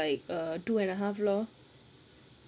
so it's like err two and a half lor